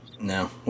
No